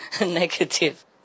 negative